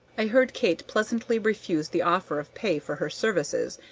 i heard kate pleasantly refuse the offer of pay for her services,